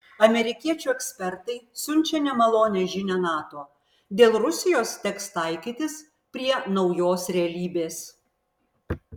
amerikiečių ekspertai siunčia nemalonią žinią nato dėl rusijos teks taikytis prie naujos realybės